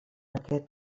aquest